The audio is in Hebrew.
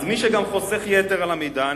מי חוסך יתר על המידה,